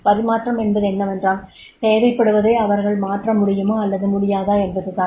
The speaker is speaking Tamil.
பரிமாற்றம் என்பது என்னவென்றால் தேவைப்படுவதை அவர்கள் மாற்ற முடியுமா அல்லது முடியாதா என்பது தான்